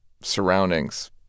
surroundings